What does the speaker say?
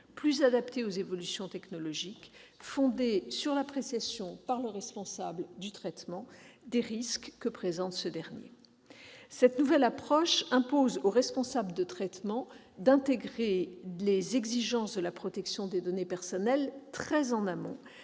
plus adapté aux évolutions technologiques, fondé sur l'appréciation par le responsable du traitement des risques que présente ce dernier. Cette nouvelle approche impose aux responsables de traitement d'intégrer les exigences de la protection des données personnelles très en amont